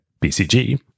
BCG